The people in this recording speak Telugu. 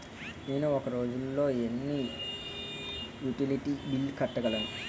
నేను ఒక రోజుల్లో ఎన్ని యుటిలిటీ బిల్లు కట్టగలను?